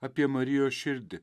apie marijos širdį